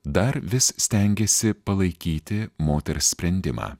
dar vis stengėsi palaikyti moters sprendimą